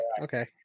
Okay